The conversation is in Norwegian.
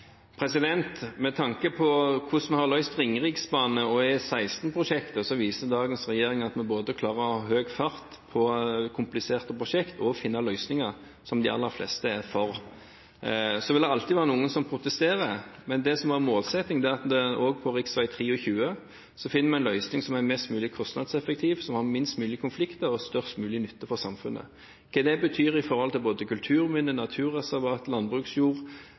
Med tanke på hvordan vi har løst Ringeriksbane- og E16-prosjektet, viser dagens regjering at vi både klarer å ha høy fart på kompliserte prosjekt og å finne løsninger som de aller fleste er for. Så vil det alltid være noen som protesterer. Men det som er målsettingen, er at vi også på rv. 23 finner en løsning som er mest mulig kostnadseffektiv, som har minst mulig konflikter og størst mulig nytte for samfunnet. Hva det betyr for både kulturminner, naturreservater, landbruksjord, befolkningstetthet og den type ting, skal ikke jeg forskuttere, men